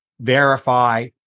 verify